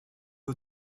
aux